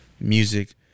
music